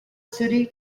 city